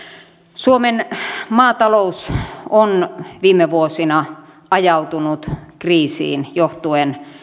suomen maatalous on viime vuosina ajautunut kriisiin johtuen